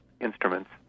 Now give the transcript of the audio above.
instruments